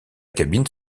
cabine